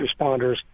responders